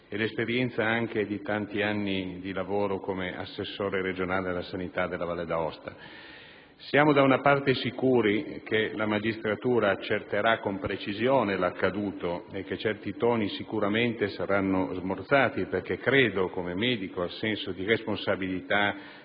pubblico e anche di tanti anni di lavoro come assessore regionale alla sanità della Valle d'Aosta. Siamo sicuri che la magistratura accerterà con precisione l'accaduto e che certi toni saranno smorzati perché credo, come medico, al senso di responsabilità